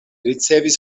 ricevis